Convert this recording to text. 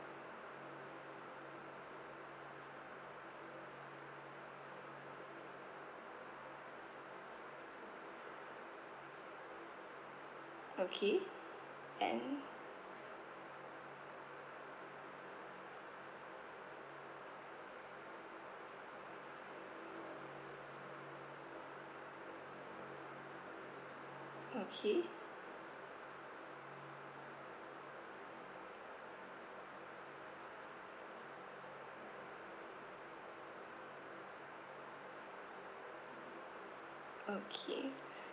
okay and okay okay